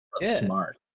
smart